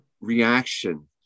reaction